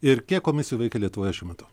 ir kiek komisijų veikia lietuvoje šiuo metu